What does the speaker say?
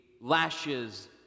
lashes